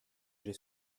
j’ai